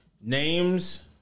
Names